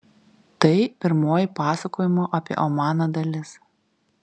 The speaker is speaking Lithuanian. tai pirmoji pasakojimo apie omaną dalis